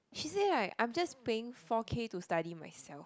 she said like I am just paying four K to study myself